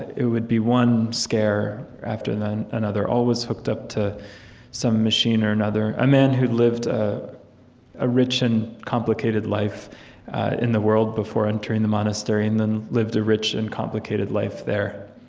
it would be one scare after another, always hooked up to some machine or another. a man who lived ah a rich and complicated life in the world before entering the monastery, and then lived a rich and complicated life there.